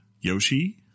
Yoshi